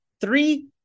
three